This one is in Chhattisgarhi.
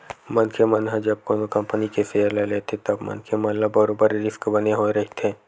मनखे मन ह जब कोनो कंपनी के सेयर ल लेथे तब मनखे मन ल बरोबर रिस्क बने होय रहिथे